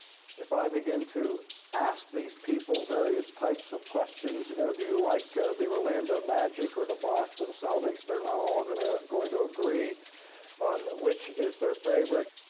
if i begin to ask these people various types of questions, you know, do you like the orlando magic or the boston celtics? they're not all going ah going to agree on which is their favorite.